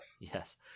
Yes